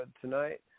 Tonight